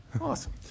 Awesome